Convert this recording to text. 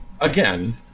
again